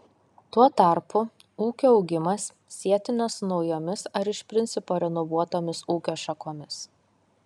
tuo tarpu ūkio augimas sietinas su naujomis ar iš principo renovuotomis ūkio šakomis